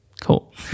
Cool